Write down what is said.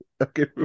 Okay